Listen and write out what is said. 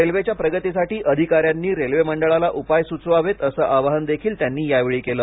रेल्वेच्या प्रगतीसाठी अधिकाऱ्यांनी रेल्वे मंडळाला उपाय सुचवावेत असं आवाहन देखील त्यांनी यावेळी केलं